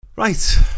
Right